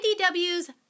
IDW's